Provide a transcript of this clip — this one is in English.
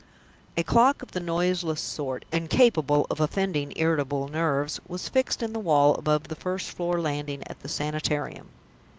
a clock of the noiseless sort incapable of offending irritable nerves was fixed in the wall, above the first-floor landing, at the sanitarium.